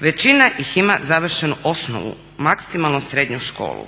Većina ih ima završenu osnovnu, maksimalno srednju školu.